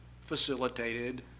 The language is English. facilitated